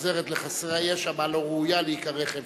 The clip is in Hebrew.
שמתאכזרת לחסרי הישע בה, לא ראויה להיקרא חברה.